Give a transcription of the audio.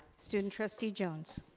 student trustee jones.